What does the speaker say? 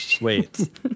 Wait